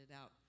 out